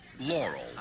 Laurel